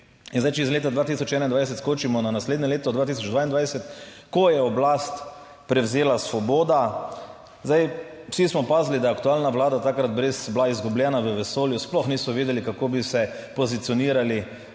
In zdaj, če iz leta 2021 skočimo na naslednje leto 2022, ko je oblast prevzela Svoboda. Zdaj, vsi smo opazili, da je aktualna vlada takrat res bila izgubljena v vesolju, sploh niso vedeli, kako bi se pozicionirali.